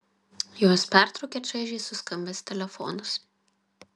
juos pertraukė čaižiai suskambęs telefonas